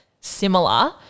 similar